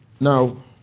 Now